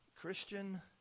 Christian